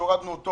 שהורדנו אותו